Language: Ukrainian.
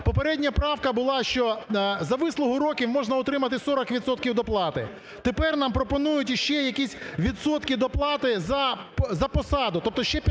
попередня правка була, що за вислугу років можна отримати 40 відсотків доплати. Тепер нам пропонують ще якісь відсотки доплати за посаду, тобто ще 15